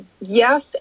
yes